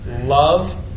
love